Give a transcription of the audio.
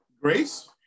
Grace